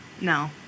no